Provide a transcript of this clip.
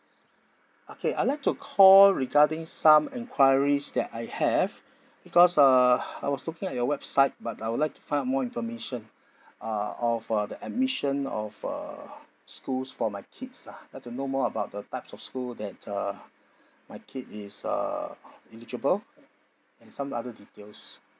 okay I'd like to call regarding some enquiries that I have because uh I was looking at your website but I would like to find out more information uh or for the admission of uh schools for my kids ah I'd like to know more about the types of school that uh my kid is uh eligible and some other details